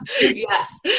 Yes